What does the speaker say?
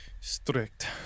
strict